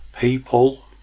people